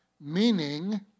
Meaning